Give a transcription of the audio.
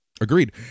Agreed